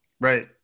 Right